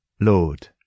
Lord